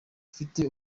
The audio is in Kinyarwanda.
afite